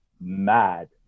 mad